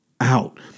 out